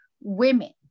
women